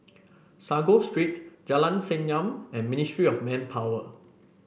Sago Street Jalan Senyum and Ministry of Manpower